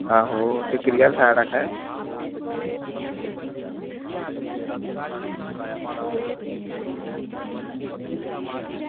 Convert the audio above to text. आहो टिकरी आह्ली साइड आक्खा दे